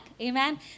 amen